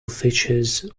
features